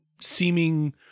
seeming